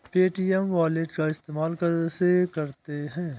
Paytm wallet का इस्तेमाल कैसे करते हैं?